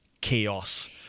chaos